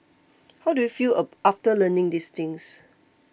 how do you feel after learning these things